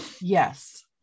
Yes